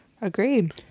Agreed